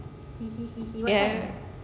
ya